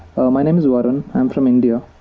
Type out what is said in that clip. my name is warren i'm from india.